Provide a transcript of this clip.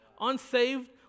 Unsaved